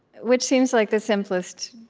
which seems like the simplest,